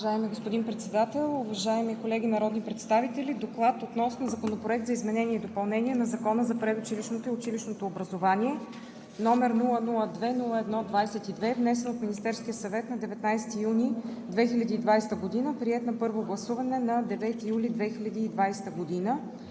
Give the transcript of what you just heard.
Уважаеми господин Председател, уважаеми колеги народни представители! „Доклад относно Законопроект за изменение и допълнение на Закона за предучилищното и училищното образование, № 002-01-22, внесен от Министерския съвет на 19 юни 2020 г., приет на първо гласуване на 9 юли 2020 г.